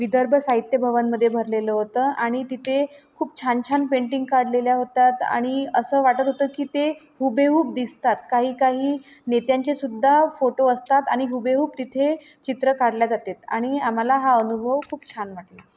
विदर्भ साहित्य भवनमध्ये भरलेलं होतं आणि तिथे खूप छान छान पेंटिंग काढलेल्या होतात आणि असं वाटत होतं की ते हुबेहूब दिसतात काही काही नेत्यांचे सुद्धा फोटो असतात आणि हुबेहूब तिथे चित्र काढल्या जातात आणि आम्हाला हा अनुभव खूप छान वाटला